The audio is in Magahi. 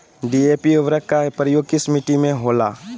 डी.ए.पी उर्वरक का प्रयोग किस मिट्टी में होला?